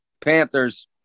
Panthers